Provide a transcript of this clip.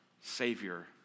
Savior